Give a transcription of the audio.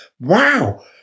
Wow